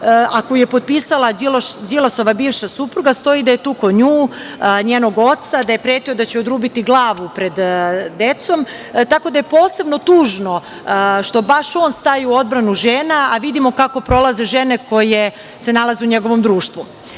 a koji je potpisala Đilasova bivša supruga. Stoji da je tukao nju, njenog oca, da je pretio da će joj odrubiti glavu pred decom. Tako da je posebno tužno što baš on staje u odbranu žena, a vidimo kako prolaze žene koje se nalaze u njegovom društvu. Zato